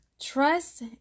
trust